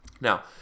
now